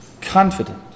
confident